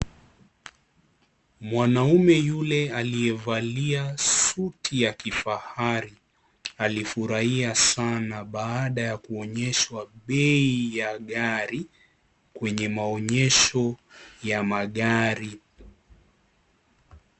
Mwanaume yule aliyevalia suti ya kifahari alifurahia sana baada ya kuonyeshwa bei ya gari kwenye maonyesho ya magari.